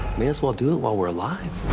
may as well do it while we're alive.